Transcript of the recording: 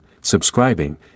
subscribing